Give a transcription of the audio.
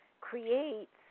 creates